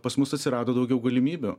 pas mus atsirado daugiau galimybių